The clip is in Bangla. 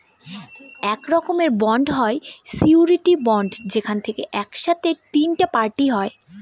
এক রকমের বন্ড হয় সিওরীটি বন্ড যেখানে এক সাথে তিনটে পার্টি হয়